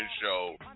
show